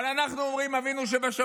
אבל אנחנו אומרים: "אבינו שבשמיים,